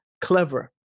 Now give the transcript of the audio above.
clever